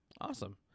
Awesome